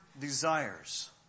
desires